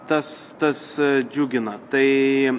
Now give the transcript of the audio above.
tas tas džiugina tai